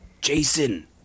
Jason